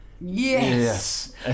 Yes